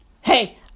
hey